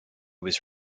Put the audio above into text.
was